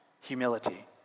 Humility